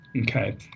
okay